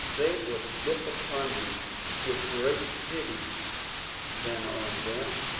they would look upon me with greater pity than on them.